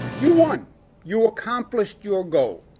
you want you accomplished your goal.